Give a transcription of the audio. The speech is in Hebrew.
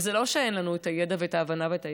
וזה לא שאין לנו את הידע ואת ההבנה ואת היכולת,